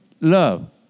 love